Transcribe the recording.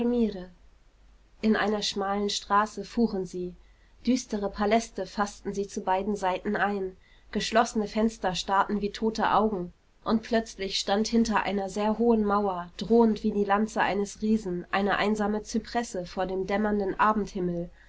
in einer schmalen straße fuhren sie düstere paläste faßten sie zu beiden seiten ein geschlossene fenster starrten wie tote augen und plötzlich stand hinter einer sehr hohen mauer drohend wie die lanze eines riesen eine einsame zypresse vor dem dämmernden abendhimmel